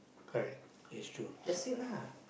correct it's true